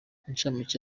incamake